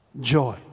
joy